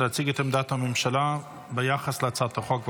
להציג את עמדת הממשלה ביחס להצעת החוק.